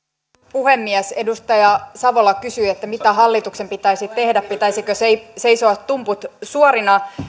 puhemies edustaja savola kysyi mitä hallituksen pitäisi tehdä pitäisikö seisoa tumput suorina